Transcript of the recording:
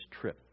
trip